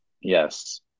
yes